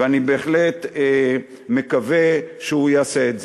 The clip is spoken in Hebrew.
ואני בהחלט מקווה שהוא יעשה את זה.